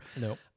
No